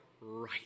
right